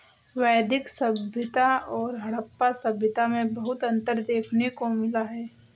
वैदिक सभ्यता और हड़प्पा सभ्यता में बहुत अन्तर देखने को मिला है